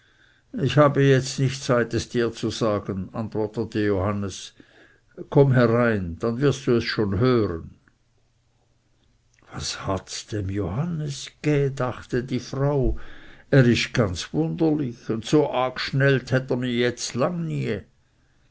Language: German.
ich habe jetzt nicht zeit es dir zu sagen antwortete johannes komm herein du wirst es dann schon hören was hats dem johannes gä dachte die frau er ist ganz wunderliche und so agschnellt hat er mich jetzt lange nie